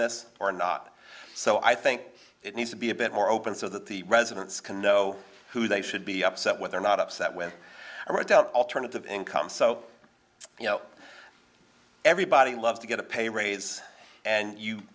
this or not so i think it needs to be a bit more open so that the residents can know who they should be upset with they're not upset with or doubt alternative income so you know everybody loves to get a pay raise and you